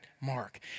mark